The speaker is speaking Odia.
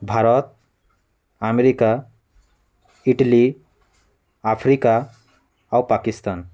ଭାରତ ଆମେରିକା ଇଟାଲି ଆଫ୍ରିକା ଆଉ ପାକିସ୍ତାନ